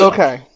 Okay